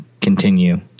continue